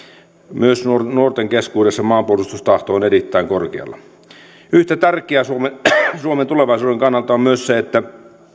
myös nuorten nuorten keskuudessa maanpuolustustahto on erittäin korkealla yhtä tärkeää suomen tulevaisuuden kannalta on se että